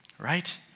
right